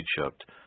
Egypt